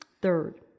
Third